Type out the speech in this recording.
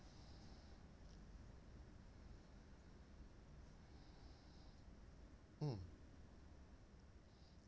mm